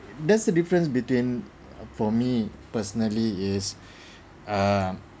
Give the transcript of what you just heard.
that's the difference between for me personally is uh